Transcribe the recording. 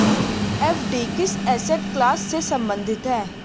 FD किस asset class से संबंधित है?